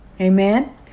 Amen